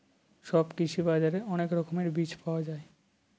সব কৃষি বাজারে অনেক রকমের বীজ পাওয়া যায়